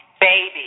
baby